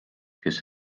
kes